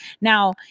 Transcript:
Now